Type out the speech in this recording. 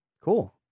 Cool